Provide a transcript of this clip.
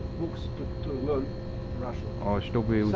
books but to learn russian. oh so